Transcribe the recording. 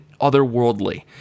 otherworldly